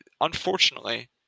unfortunately